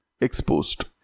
exposed